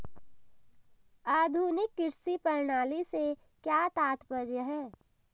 आधुनिक कृषि प्रणाली से क्या तात्पर्य है?